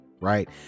right